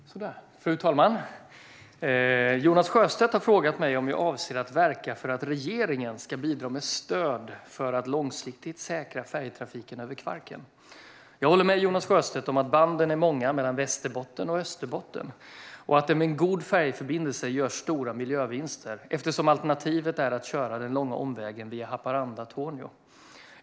Svar på interpellationer Fru talman! Jonas Sjöstedt har frågat mig om jag avser att verka för att regeringen ska bidra med stöd för att långsiktigt säkra färjetrafiken över Kvarken. Jag håller med Jonas Sjöstedt om att banden är många mellan Västerbotten och Österbotten och om att det med en god färjeförbindelse görs stora miljövinster, eftersom alternativet är att köra den långa omvägen via Haparanda-Tornio.